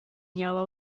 yellow